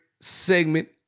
segment